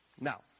Now